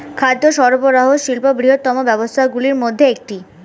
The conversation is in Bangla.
খাদ্য সরবরাহ শিল্প বৃহত্তম ব্যবসাগুলির মধ্যে একটি